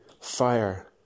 fire